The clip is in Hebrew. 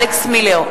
נגד אלכס מילר,